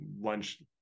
lunch